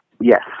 Yes